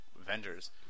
Avengers